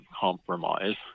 compromise